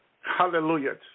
Hallelujah